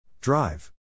Drive